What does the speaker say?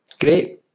Great